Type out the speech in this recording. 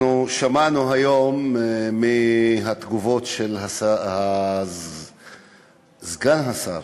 אנחנו שמענו היום מהתגובות של סגן השר